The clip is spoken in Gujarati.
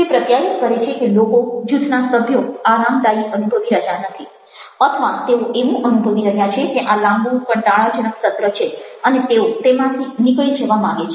જે પ્રત્યાયન કરે છે કે લોકો જૂથના સભ્યો આરામદાયી અનુભવી રહ્યા નથી અથવા તેઓ એવું અનુભવી રહ્યા છે કે આ લાંબું કંટાળાજનક સત્ર છે અને તેઓ તેમાંથી નીકળી જવા માંગે છે